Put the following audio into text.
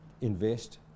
invest